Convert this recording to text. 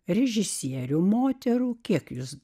režisierių moterų kiek jūs